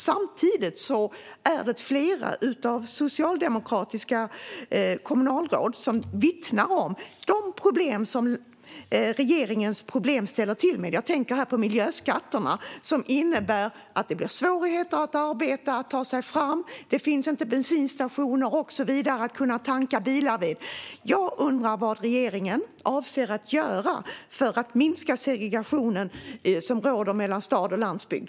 Samtidigt är det flera socialdemokratiska kommunalråd som vittnar om de problem som regeringen ställer till med. Jag tänker här på miljöskatterna, som innebär att det blir svårare att arbeta och ta sig fram. Det finns inte bensinstationer att tanka bilen på och så vidare. Jag undrar vad regeringen avser att göra för att minska segregationen som råder mellan stad och landsbygd.